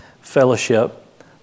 fellowship